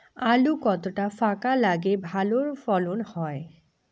আলু কতটা ফাঁকা লাগে ভালো ফলন হয়?